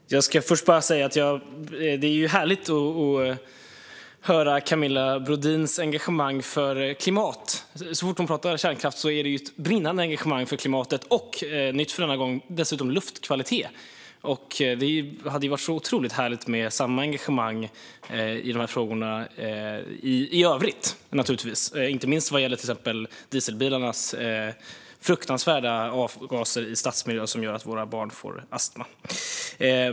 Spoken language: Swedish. Fru talman! Jag ska först bara säga att det är härligt att höra Camilla Brodins engagemang för klimatet. Så fort hon pratar kärnkraft är det ett brinnande engagemang för klimatet, och nytt för denna gång var dessutom luftkvalitet. Det hade naturligtvis varit otroligt härligt med samma engagemang i dessa frågor i övrigt, inte minst vad gäller till exempel dieselbilarnas fruktansvärda avgaser i stadsmiljö som gör att våra barn får astma.